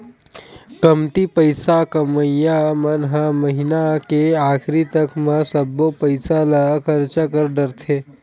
कमती पइसा कमइया मन ह महिना के आखरी तक म सब्बो पइसा ल खरचा कर डारथे